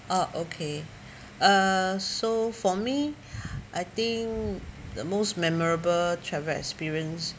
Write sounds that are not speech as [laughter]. uh okay uh so for me [breath] I think the most memorable travel experience